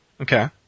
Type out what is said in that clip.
Okay